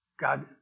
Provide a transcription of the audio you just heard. God